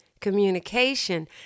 communication